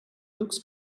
looks